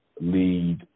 lead